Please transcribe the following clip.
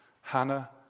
Hannah